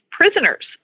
prisoners